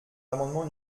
l’amendement